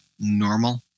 normal